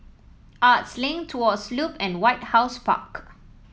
Arts Link Tuas Loop and White House Park